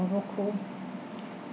morocco